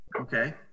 okay